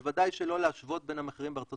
בוודאי שלא להשוות בין המחירים בארצות